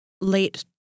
late